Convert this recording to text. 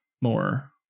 more